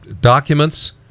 documents